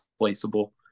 replaceable